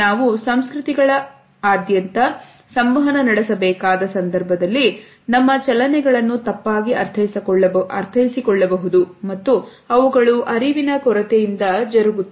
ನಾವು ಸಂಸ್ಕೃತಿಗಳ ಆದ್ಯಂತ ಸಂವಹನ ನಡೆಸಬೇಕಾದ ಸಂದರ್ಭದಲ್ಲಿ ನಮ್ಮ ಚಲನೆಗಳನ್ನು ತಪ್ಪಾಗಿ ಅರ್ಥೈಸಿಕೊಳ್ಳಬಹುದು ಮತ್ತು ಅವುಗಳು ಅರಿವಿನ ಕೊರತೆಯಿಂದ ಜರುಗುತ್ತವೆ